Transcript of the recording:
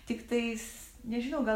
tiktais nežinau gal i